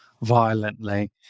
Violently